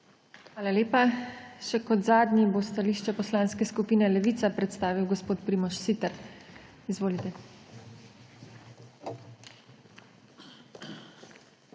Hvala lepa. Zadnji bo stališče Poslanske skupine Levica predstavil gospod Primož Siter. Izvolite.